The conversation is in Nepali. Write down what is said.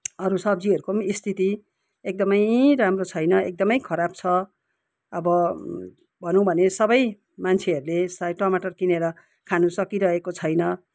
अरू सब्जीहरूको पनि स्थिति एकदमै राम्रो छैन एकदमै खराब छ अब भनौँ भने सबै मान्छेहरूले सायद टमटर किनेर खानु सकिरहेको छैन